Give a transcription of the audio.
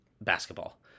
basketball